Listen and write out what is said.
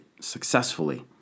successfully